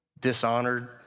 dishonored